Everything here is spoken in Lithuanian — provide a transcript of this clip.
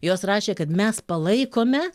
jos rašė kad mes palaikome